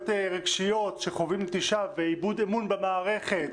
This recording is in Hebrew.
רגשיות שחווים נטישה ואיבוד אמון במערכת,